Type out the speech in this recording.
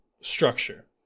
structure